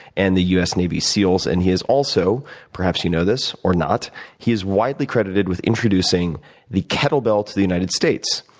and the us navy seals, and he is also perhaps you know this, or not he is widely credited with introducing the kettle bell to the united states.